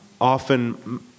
often